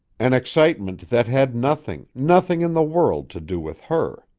an excitement that had nothing, nothing in the world to do with her.